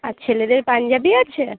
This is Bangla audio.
আর ছেলেদের পাঞ্জাবি আছে